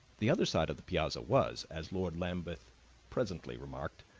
the other side of the piazza was, as lord lambeth presently remarked,